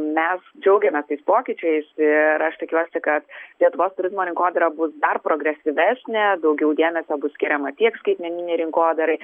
mes džiaugiamės tais pokyčiais ir aš tikiuosi kad lietuvos turizmo rinkodara bus dar progresyvesnė daugiau dėmesio bus skiriama tiek skaitmeninei rinkodarai